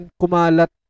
kumalat